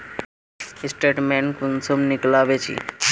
Statement कुंसम निकलाबो छी?